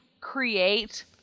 create